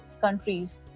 countries